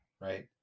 right